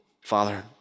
Father